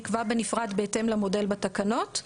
נקבע בנפרד בהתאם למודל בתקנות.